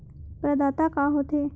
प्रदाता का हो थे?